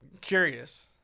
Curious